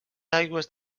aigües